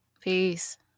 Peace